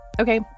Okay